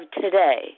today